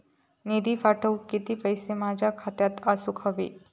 निधी पाठवुक किती पैशे माझ्या खात्यात असुक व्हाये?